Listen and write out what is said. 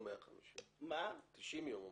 לא 150. 90 יום.